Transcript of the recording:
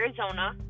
Arizona